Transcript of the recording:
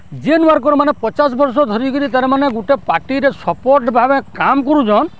ଯେନ୍ ୱାର୍କର୍ ମାନେ ପଚାଶ୍ ବର୍ଷ ଧରିକିରି ତାର୍ମାନେ ଗୁଟେ ପାର୍ଟିରେ ସପୋର୍ଟ୍ ଭାବେ କାମ୍ କରୁଛନ୍